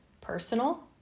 personal